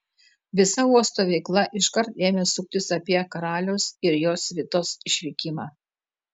visa uosto veikla iškart ėmė suktis apie karaliaus ir jo svitos išvykimą